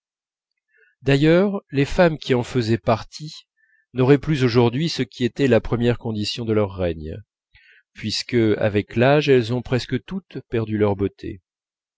d'ailleurs les femmes qui en faisaient partie n'auraient plus aujourd'hui ce qui était la première condition de leur règne puisque avec l'âge elles ont presque toutes perdu leur beauté